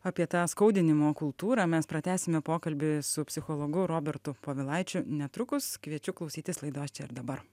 apie tą skaudinimo kultūrą mes pratęsime pokalbį su psichologu robertu povilaičiu netrukus kviečiu klausytis laidos čia ir dabar